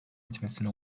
etmesini